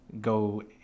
go